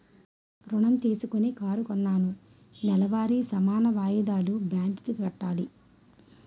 ఋణం తీసుకొని కారు కొన్నాను నెలవారీ సమాన వాయిదాలు బ్యాంకు కి కట్టాలి